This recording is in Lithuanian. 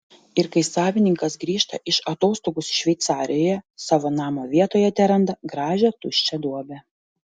ir kai savininkas grįžta iš atostogų šveicarijoje savo namo vietoje teranda gražią tuščią duobę